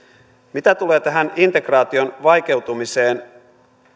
mitä tulee tähän integraation vaikeutumiseen